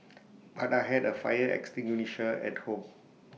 but I had A fire extinguisher at home